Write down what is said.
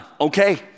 okay